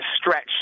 stretch